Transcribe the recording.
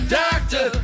doctor